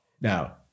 Now